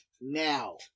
now